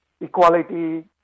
equality